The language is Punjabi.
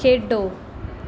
ਖੇਡੋ